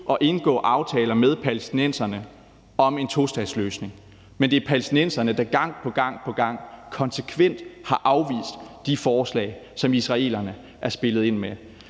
at indgå aftaler med palæstinenserne om en tostatsløsning, mens det er palæstinenserne, der gang på gang konsekvent har afvist de forslag, som israelerne har spillet ind med.